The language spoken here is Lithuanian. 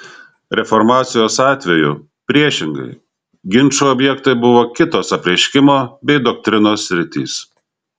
reformacijos atveju priešingai ginčų objektai buvo kitos apreiškimo bei doktrinos sritys